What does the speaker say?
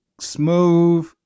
smooth